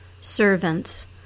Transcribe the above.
servants